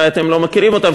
אולי אתם לא מכירים אותם,